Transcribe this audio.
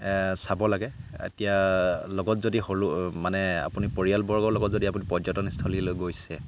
চাব লাগে এতিয়া লগত যদি হ'লেও মানে আপুনি পৰিয়ালবৰ্গৰ লগত যদি আপুনি পৰ্যটনস্থলীলৈ গৈছে